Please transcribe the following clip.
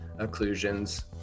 occlusions